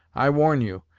i warn you,